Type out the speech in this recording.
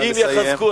אם יחזקו,